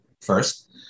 first